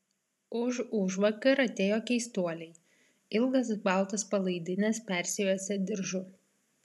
užužvakar atėjo keistuoliai ilgas baltas palaidines persijuosę diržu